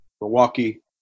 Milwaukee